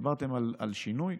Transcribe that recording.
דיברתם על שינוי?